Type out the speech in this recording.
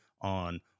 on